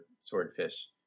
swordfish